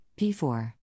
P4